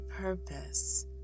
purpose